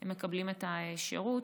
הם מקבלים את השירות.